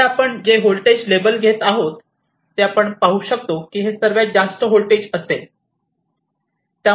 येथे आपण जे व्होल्टेज लेबल घेत आहोत ते आपण पाहू शकतो की हे सर्वात जास्त व्होल्टेज असेल